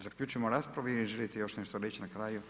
Zaključujemo raspravu ili želite još nešto reći na kraju?